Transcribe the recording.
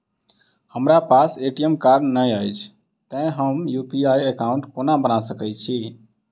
हमरा पास ATM card नहि अछि तए हम यु.पी.आई एकॉउन्ट कोना बना सकैत छी